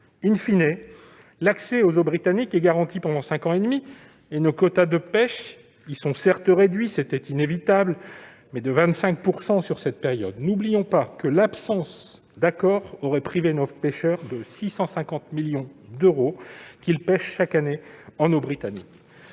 eaux., l'accès aux eaux britanniques est garanti pendant cinq ans et demi et nos quotas de pêche y sont certes réduits- c'était inévitable -, mais de 25 % seulement au cours de cette période. N'oublions pas que l'absence d'accord aurait privé nos pécheurs des 650 millions d'euros qu'ils pêchent chaque année en eaux britanniques.